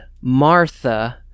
Martha